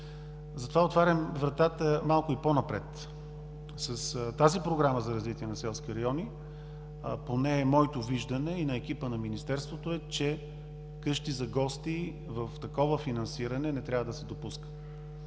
Затова отварям вратата малко и по-напред. С тази Програма за развитие на селските райони, поне моето виждане и на екипа на Министерството е, че къщи за гости с такова финансиране не трябва да се допуска.